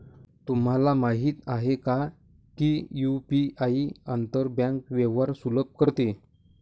तुम्हाला माहित आहे का की यु.पी.आई आंतर बँक व्यवहार सुलभ करते?